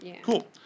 cool